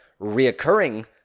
reoccurring